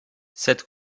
cette